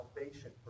salvation